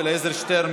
אלעזר שטרן,